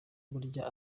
burya